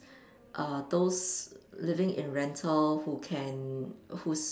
err those living in rental who can whose